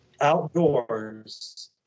outdoors